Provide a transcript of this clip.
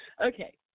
Okay